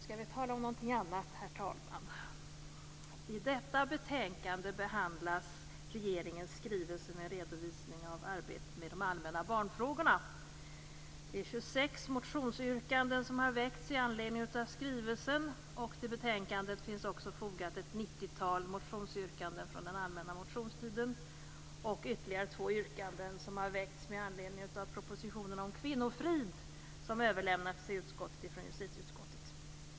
Herr talman! Nu skall vi tala om någonting annat. I detta betänkande behandlas regeringens skrivelse med redovisning av arbetet med de allmänna barnfrågorna. Det är 26 motionsyrkanden med anledning av skrivelsen. Ett nittiotal motionsyrkanden från den allmänna motionstiden finns fogade till betänkandet och ytterligare två yrkanden med anledning av propositionen om kvinnofrid, som överlämnats till utskottet från justitieutskottet.